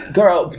Girl